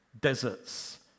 deserts